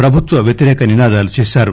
ప్రభుత్వ వ్యతిరేక నినాదాలు చేశారు